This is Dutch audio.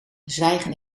zwijgen